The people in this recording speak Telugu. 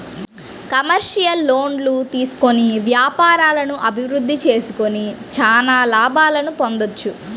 కమర్షియల్ లోన్లు తీసుకొని వ్యాపారాలను అభిరుద్ధి చేసుకొని చానా లాభాలను పొందొచ్చు